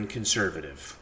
Conservative